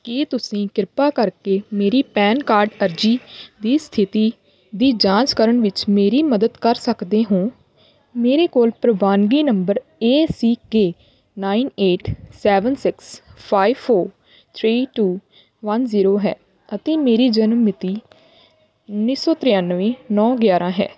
ਕੀ ਤੁਸੀਂ ਕਿਰਪਾ ਕਰਕੇ ਮੇਰੀ ਪੈਨ ਕਾਰਡ ਅਰਜ਼ੀ ਦੀ ਸਥਿਤੀ ਦੀ ਜਾਂਚ ਕਰਨ ਵਿੱਚ ਮੇਰੀ ਮਦਦ ਕਰ ਸਕਦੇ ਹੋ ਮੇਰੇ ਕੋਲ ਪ੍ਰਵਾਨਗੀ number A C K nine eight seven six five four three two one zero ਹੈ ਅਤੇ ਮੇਰੀ ਜਨਮ ਮਿਤੀ ਉੱਨੀ ਸੌ ਤਰਾਨਵੇਂ ਨੌਂ ਗਿਆਰਾਂ ਹੈ